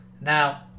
Now